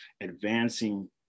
advancing